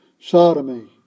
sodomy